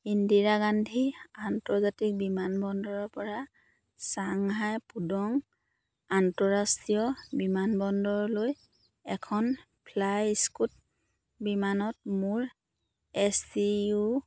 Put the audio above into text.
ইন্দিৰা গান্ধী আন্তৰ্জাতিক বিমানবন্দৰৰ পৰা চাংহাই পুডং আন্তঃৰাষ্ট্ৰীয় বিমানবন্দৰলৈ এখন ফ্লাই স্কুট বিমানত মোৰ এছ টি ইউ